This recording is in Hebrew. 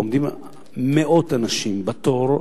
עומדים מאות אנשים בתור,